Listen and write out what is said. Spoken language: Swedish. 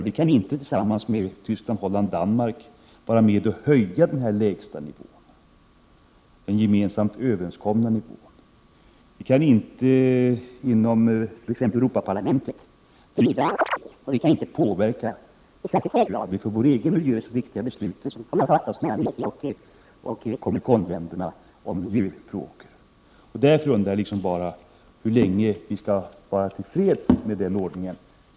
Sverige kan inte i dag tillsammans med Västtyskland, Holland och Danmark vara med och höja den gemensamt överenskomna nivån för miljön inom EG. Sverige kan inte inom t.ex. Europaparlamentet driva opinionsarbete inom EG. Sverige kan inte heller i särskilt hög grad påverka de för vår egen miljö viktiga beslut som kommer att fattas av EG och Comeconländerna i miljöfrågor. Därför undrar jag hur länge vi skall vara till freds med den ordningen.